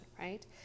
right